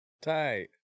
Tight